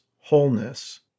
wholeness